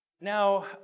Now